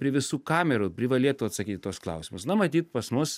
prie visų kamerų privalėtų atsakyt į tuos klausimus na matyt pas mus